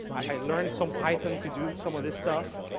i learned some python to do some of this stuff,